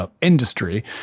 industry